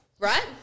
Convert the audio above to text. Right